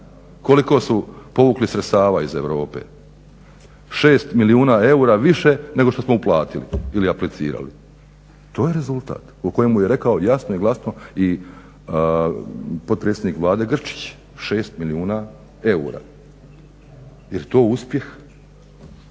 Koliko su povukli sredstava iz Europe, 6 milijuna eura više nego što smo uplatili ili aplicirali. To je rezultat o kojemu je rekao jasno i glasno i potpredsjednik Vlade Grčić, 6 milijuna eura. Jel' to uspjeh?